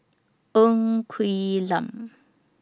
Ng Quee Lam